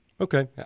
Okay